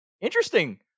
interesting